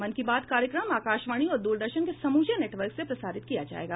मन की बात कार्यक्रम आकाशवाणी और द्रदर्शन के समूचे नेटवर्क से प्रसारित किया जाएगा